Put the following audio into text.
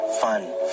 fun